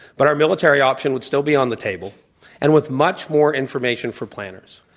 but our military option would still be on the table and with much more information for planners.